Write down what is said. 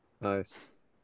Nice